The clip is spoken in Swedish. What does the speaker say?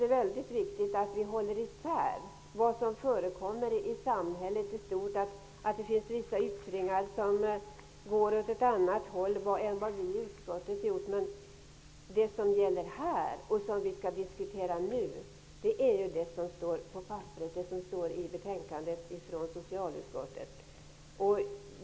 Det är viktigt att hålla isär vissa yttringar som förekommer i samhället i stort och vad vi i utskottet hävdat. Det som gäller här och som vi skall diskutera nu är det som redovisas i betänkandet från socialutskottet.